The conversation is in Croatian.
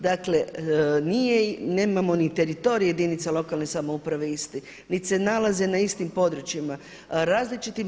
Dakle nije nemamo ni teritorija jedinica lokalne samouprave iste niti se nalaze na istim područjima različitim.